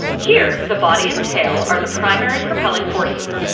here, the body and tail are the primary propelling forces,